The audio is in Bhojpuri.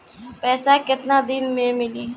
पैसा केतना दिन में मिली?